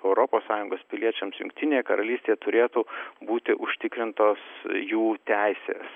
europos sąjungos piliečiams jungtinėje karalystėje turėtų būti užtikrintos jų teisės